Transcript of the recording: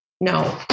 No